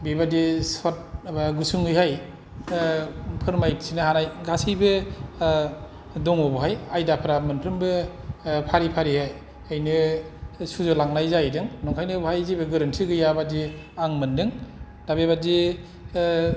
बेबादि सर्ट एबा गुसुङैहाय फोरमायथिनो हानाय गासैबो दङ बाहाय आयदाफ्रा मोनफ्रोमबो फारि फारियैहायनो सुजुलांनाय जाहैदों नंखायनो बाहाय जेबो गोरोन्थि गैया बादि आं मोनदों दा बेबादि